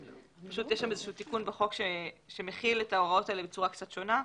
יש איזשהו תיקון בחוק שמכיל את ההוראות האלה בצורה קצת שונה.